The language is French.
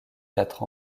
quatre